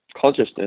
consciousness